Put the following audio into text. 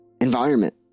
environment